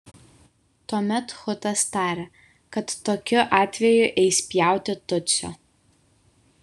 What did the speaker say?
tuomet hutas tarė kad tokiu atveju eis pjauti tutsio